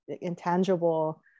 intangible